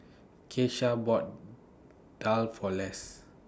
Keisha bought Daal For Les